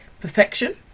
perfection